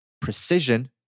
Precision